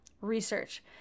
research